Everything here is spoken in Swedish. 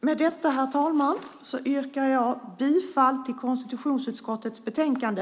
Med detta yrkar jag på godkännande av anmälan i konstitutionsutskottets betänkande.